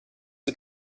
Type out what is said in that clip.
are